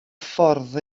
ffordd